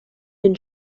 den